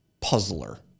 Puzzler